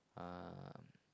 um